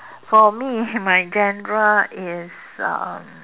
for me my genre is um